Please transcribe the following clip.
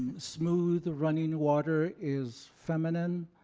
smooth the running water is feminine.